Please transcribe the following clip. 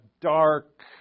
dark